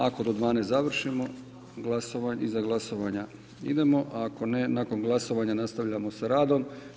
Ako do 12 sati završimo, iza glasovanja idemo, a ako ne, nakon glasovanja nastavljamo sa radom.